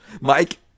Mike